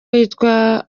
yitwa